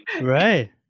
Right